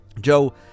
Joe